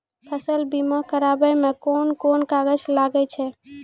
फसल बीमा कराबै मे कौन कोन कागज लागै छै?